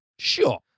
Sure